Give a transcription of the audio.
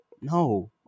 No